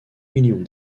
millions